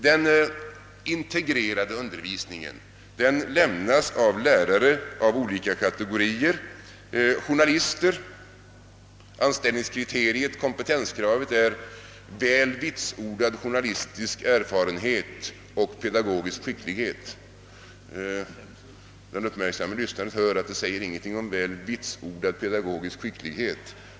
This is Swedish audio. Den «integrerade undervisningen handhas av lärare av två olika kategorier. Den ena är journalister. Kompetenskravet är väl vitsordad journalistisk erfarenhet samt vidare pedagogisk skicklighet. Den uppmärksamme åhöraren finner att det inte sägs någonting om väl vitsordad pedagogisk skicklighet.